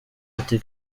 ati